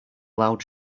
loud